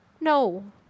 No